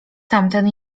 tamten